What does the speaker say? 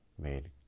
made